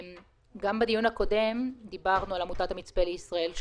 גם בדיון הקודם דיברנו על עמותת המצפה לישראל,